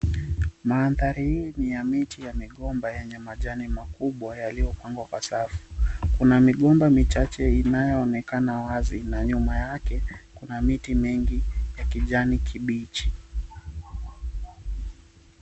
Mandhari hii ni ya miti ya migomba yenye majani makubwa yaliyopangwa kwa safu. Kuna migomba michache inayoonekana wazi na nyuma yake kuna miti mingi ya kijani kibichi.